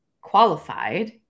qualified